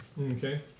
Okay